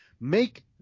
Make